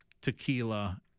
tequila